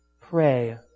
Pray